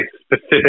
specific